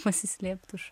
pasislėpt už